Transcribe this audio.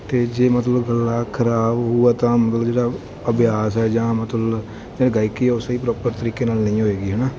ਅਤੇ ਜੇ ਮਤਲਬ ਗਲਾ ਖ਼ਰਾਬ ਹੋਉਗਾ ਤਾਂ ਮਤਲਬ ਜਿਹੜਾ ਅਭਿਆਸ ਹੈ ਜਾਂ ਮਤਲਵ ਜਿਹੜੀ ਗਾਇਕੀ ਆ ਉਹ ਸਹੀ ਪ੍ਰੋਪਰ ਤਰੀਕੇ ਨਾਲ ਨਹੀਂ ਹੋਵੇਗੀ ਹੈ ਨਾ